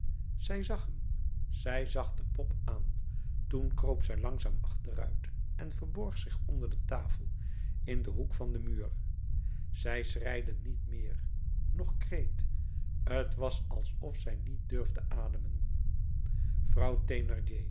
zag hem zij zag de pop aan toen kroop zij langzaam achteruit en verborg zich onder de tafel in den hoek van den muur zij schreide niet meer noch kreet t was alsof zij niet durfde ademen vrouw